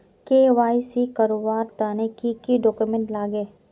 KYC करवार तने की की डॉक्यूमेंट लागे?